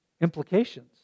implications